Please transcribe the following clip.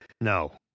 No